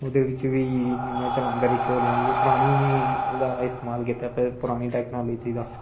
ओहदे बिच बी चलदा कोले आहली परानी ओहदा इस्तेमाल कीते दा परानी टेक्नाॅलिजी दा